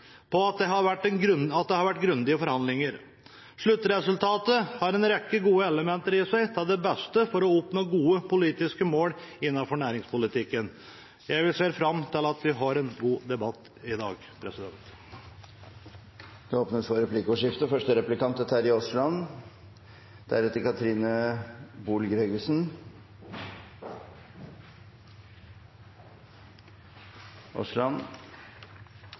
på at det har vært grundige forhandlinger. Sluttresultatet har en rekke gode elementer i seg, til beste for å oppnå gode politiske mål innenfor næringspolitikken. Jeg ser fram til at vi får en god debatt i dag. Det blir replikkordskifte. Tidligere har Fremskrittspartiet hatt en veldig tydelig linje når det gjelder debatten i næringspolitikken og om næringskomiteens budsjett, og det er